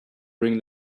bring